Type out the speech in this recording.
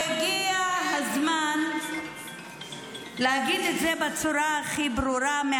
אני חושבת שהגיע הזמן להגיד את זה בצורה הכי ברורה,